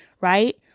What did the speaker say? right